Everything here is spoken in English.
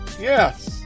yes